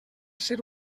ser